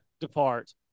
depart